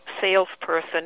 salesperson